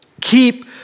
Keep